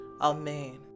amen